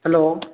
hello